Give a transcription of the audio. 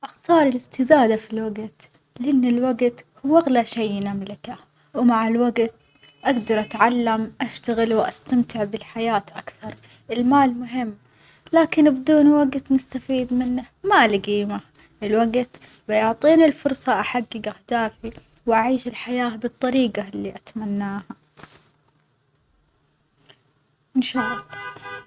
أختار الإستزادة في الوجت لأن الوجت هو اغلى شي نملكه، ومع الوجت أجدر أتعلم أشتغل وأستمتع بالحياة أكثر، المال مهم لكن بدون وجت نستفيد منه ما له جيمة، الوجت بيعطيني الفرصة أحجج أهدافي وأعيش الحياة بالطريجة اللي أتمناها إن شاء الله.